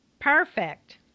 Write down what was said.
Perfect